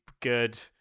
good